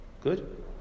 Good